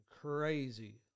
crazy